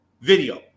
video